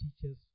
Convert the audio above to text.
teachers